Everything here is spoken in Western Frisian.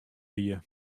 wie